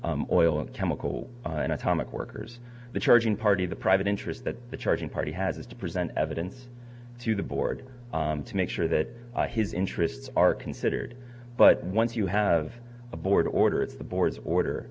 and chemical and atomic workers the charging party the private interest that the charging party has to present evidence to the board to make sure that his interests are considered but once you have a board order it's the board's order